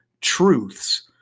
truths